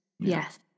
Yes